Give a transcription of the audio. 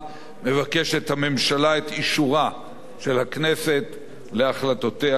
מבקשת הממשלה את אישורה של הכנסת להחלטותיה הנ"ל.